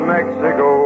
Mexico